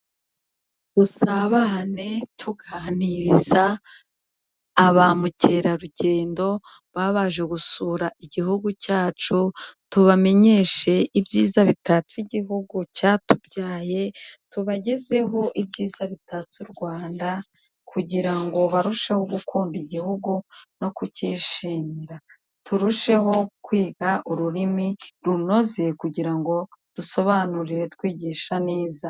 Dusabane tuganiriza aba mucyera rugendo baba baje gusura igihugu cyacu. Tubamenyeshe ibyiza bitatse igihugu cyatubyaye. Tubagezeho ibyiza bitatse u Rwanda, kugirango barusheho gukunda igihugu no kucyishimira. Turusheho kwiga ururimi runoze kugirango dusobanurire twigisha neza.